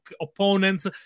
opponents